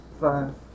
five